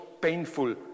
painful